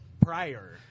prior